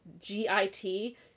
G-I-T